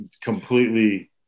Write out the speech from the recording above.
completely